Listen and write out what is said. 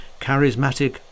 charismatic